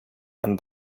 and